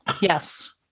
yes